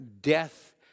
death